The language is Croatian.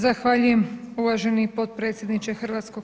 Zahvaljujem uvaženi potpredsjedniče HS.